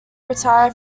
retire